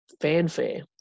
Fanfare